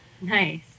Nice